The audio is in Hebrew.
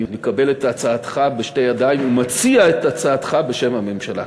אני מקבל את הצעתך בשתי ידיים ומציע את הצעתך בשם הממשלה.